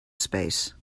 space